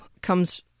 comes